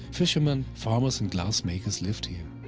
fishermen, farmers and glass makers lived here.